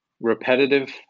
repetitive